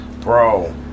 Bro